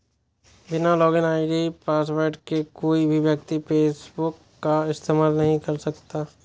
बिना login ID password के कोई भी व्यक्ति फेसबुक का इस्तेमाल नहीं कर सकता